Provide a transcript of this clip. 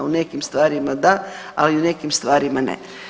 U nekim stvarima da, ali u nekim stvarima ne.